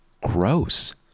gross